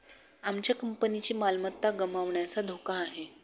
आमच्या कंपनीची मालमत्ता गमावण्याचा धोका आहे